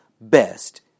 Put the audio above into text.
best